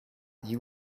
you